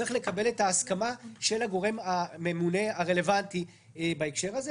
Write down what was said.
צריך לקבל את ההסכמה של הגורם הממונה הרלוונטי בהקשר הזה.